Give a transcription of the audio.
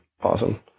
awesome